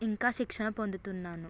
ఇంకా శిక్షణ పొందుతున్నాను